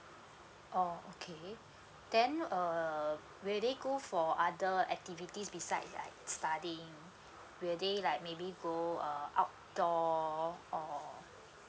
oh okay then um will they go for other activities besides like studying will they like maybe go uh outdoor or